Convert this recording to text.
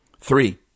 Three